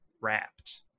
wrapped